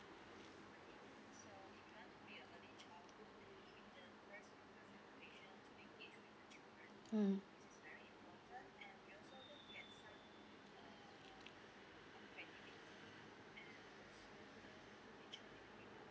mm